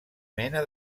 mena